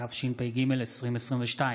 התשפ"ג 2022,